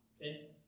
okay